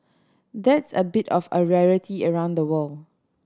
that's a bit of a rarity around the world